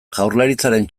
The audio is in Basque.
jaurlaritzaren